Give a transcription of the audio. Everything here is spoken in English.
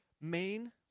main